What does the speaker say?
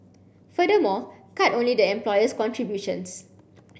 furthermore cut only the employer's contributions